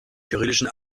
kyrillischen